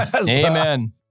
Amen